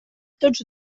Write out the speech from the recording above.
tots